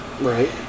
right